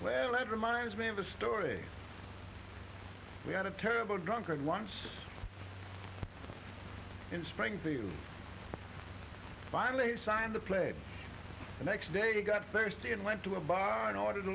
let reminds me of a story we had a terrible drunkard once in springfield finally he signed the play the next day he got thirsty and went to a bar and ordered